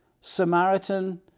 samaritan